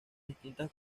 distintas